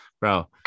bro